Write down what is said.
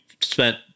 spent